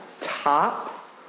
top